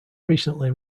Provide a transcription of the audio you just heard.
recently